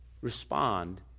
Respond